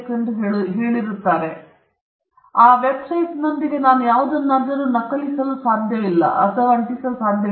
ಆದರೆ ವೆಬ್ಸೈಟ್ನೊಂದಿಗೆ ನಾನು ಯಾವುದನ್ನಾದರೂ ನಕಲಿಸಲು ಅಥವಾ ಅಂಟಿಸಬೇಕಾಗಿಲ್ಲ